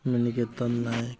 Maniketan Nayak